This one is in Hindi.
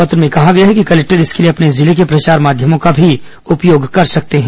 पत्र में कहा गया है कि कलेक्टर इसके लिए अपने जिले के प्रचार माध्यमों का भी उपयोग कर सकते हैं